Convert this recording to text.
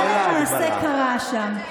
מה למעשה קרה שם.